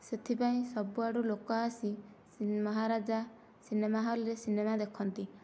ସେଥିପାଇଁ ସବୁଆଡ଼ୁ ଲୋକ ଆସି ମହାରାଜା ସିନେମା ହଲରେ ସିନେମା ଦେଖନ୍ତି